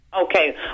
Okay